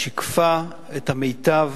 שיקפה את המיטב